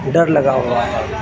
ڈر لگا ہوا ہے